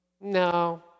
no